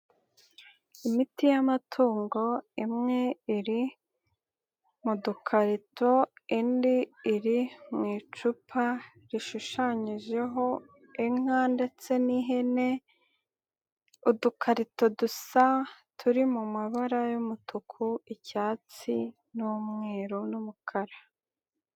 Imiti y'amatungo imwe iri mu dukarito, indi iri mu icupa rishushanyijeho inka ndetse n'ihene, udukarito dusa turi mu mabara y'umutuku icyatsi n'umweru n'umukara.